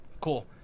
cool